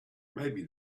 maybe